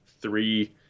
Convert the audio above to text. three